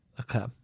Okay